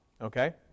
okay